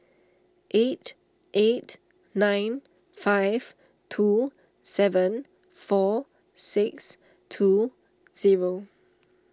eight eight nine five two seven four six two zero